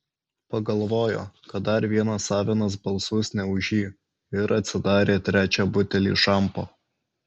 pagalvojo kad dar vienas avinas balsuos ne už jį ir atsidarė trečią butelį šampo